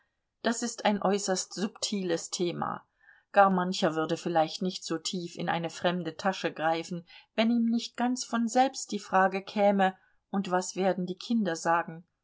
das ist ein äußerst subtiles thema gar mancher würde vielleicht nicht so tief in eine fremde tasche greifen wenn ihm nicht ganz von selbst die frage käme und was werden die kinder sagen